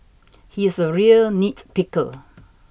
he is a real nitpicker